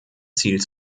ziel